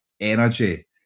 energy